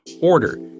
order